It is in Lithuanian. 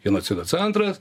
genocido centras